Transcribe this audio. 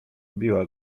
biła